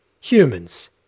Humans